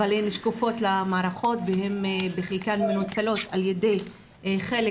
אבל הן שקופות למערכות ובחלקן מנוצלות על ידי חלק